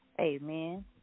Amen